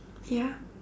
ya